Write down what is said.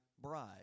bride